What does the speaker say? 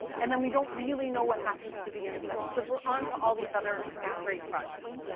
and then we don't really know what happens to the insights, cause we're on to all these other great projects.